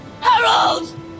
Harold